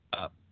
up